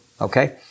Okay